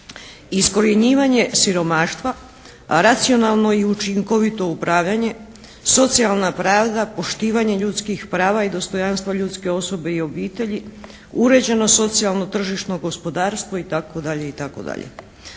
Iskorjenjivanje siromaštva, racionalno i učinkovito upravljanje, socijalna pravda, poštivanje ljudskih prava i dostojanstvo ljudske osobe i obitelji, uređeno socijalno tržišno gospodarstvo itd. itd.